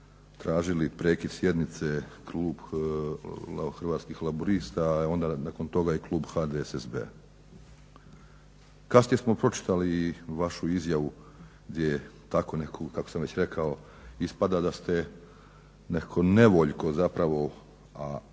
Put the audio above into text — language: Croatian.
tražili prekid sjednice Klub Hrvatskih laburista, a onda nakon toga i klub HDSSB-a. Kasnije smo pročitali i vašu izjavu gdje tako nekako kako sam već rekao ispada da ste nekako nevoljko zapravo, a